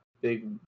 big